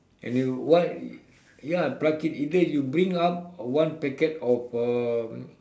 and you what ya pluck it either you bring up one packet of uh